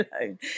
alone